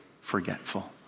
forgetful